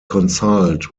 consult